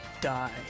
die